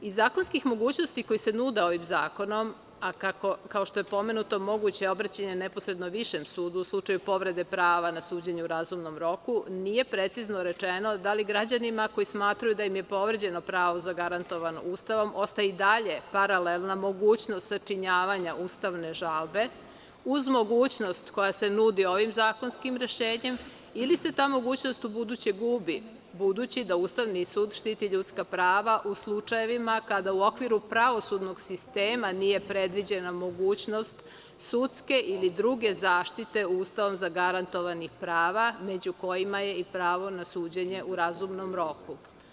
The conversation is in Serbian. Iz zakonskih mogućnosti koji se nude ovim zakonom, a kao što je pomenuto, moguće je obraćanje neposredno višem sudu u slučaju povrede prava na suđenje u razumnom roku, nije precizno rečeno da li građanima, koji smatraju da im je povređeno pravo zagarantovano Ustavom, ostaje i dalje paralelna mogućnost sačinjavanja ustavne žalbe uz mogućnost koja se nudi ovim zakonskim rešenjem ili se ta mogućnost u buduće gubi, budući da Ustavni sud štiti ljudska prava u slučajevima kada u okviru pravosudnog sistema nije predviđena mogućnost sudske ili druge zaštite Ustavom zagarantovanih prava, među kojima je i pravo na suđenje u razumnom roku.